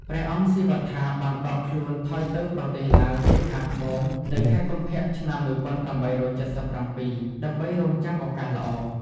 ព្រះអង្គស៊ីវត្ថាបានដកខ្លួនថយទៅប្រទេសឡាវភាគខាងត្បូងនៅខែកុម្ភៈ ឆ្នាំ ១៨៧៧ ដើម្បីរង់ចាំឱកាសល្អ។